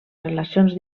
relacions